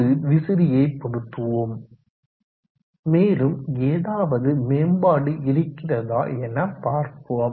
ஒரு விசிறியை பொருத்துவோம் மேலும் ஏதாவது மேம்பாடு இருக்கிறதா என பார்ப்போம்